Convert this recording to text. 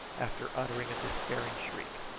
after uttering a despairing shriek.